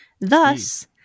thus